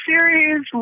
series